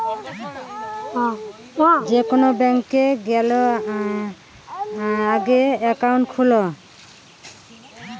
যে কোন ব্যাংকে গ্যালে আগে একাউন্ট খুলে